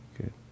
good